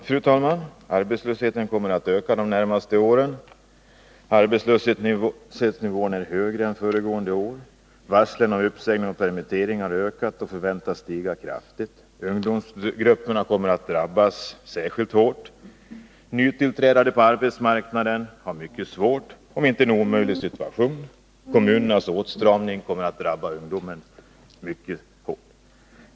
Fru talman! Arbetslösheten kommer att öka de närmaste åren. Arbetslöshetsnivån är högre än föregående år. Varslen om permitteringar och uppsägningar har ökat och förväntas stiga kraftigt. Ungdomsgrupperna kommer att drabbas särskilt hårt. Nytillträdande på arbetsmarknaden har en mycket svår, för att inte säga omöjlig situation. Kommunernas åtstramning kommer att drabba ungdomen mycket hårt.